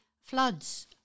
Floods